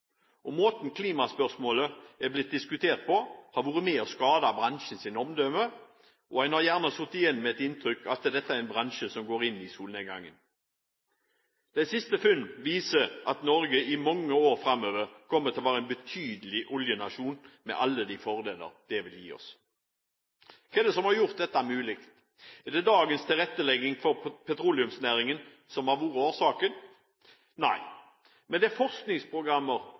konfliktfylt. Måten klimaspørsmålet har blitt diskutert på, har vært med på å skade bransjens omdømme. En har gjerne sittet igjen med et inntrykk av at dette er en bransje som går inn i solnedgangen. Det siste funn viser at Norge i mange år framover kommer til å være en betydelig oljenasjon, med alle de fordeler det vil gi oss. Hva er det som har gjort dette mulig? Er det dagens tilrettelegging for petroleumsnæringen som har vært årsaken? Nei. Det er forskningsprogrammer,